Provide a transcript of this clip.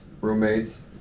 roommates